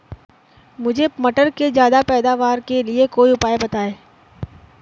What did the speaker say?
मुझे मटर के ज्यादा पैदावार के लिए कोई उपाय बताए?